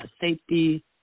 safety